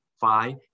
phi